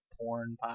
porn